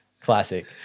Classic